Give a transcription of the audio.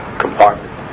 compartment